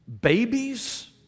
babies